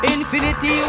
Infinity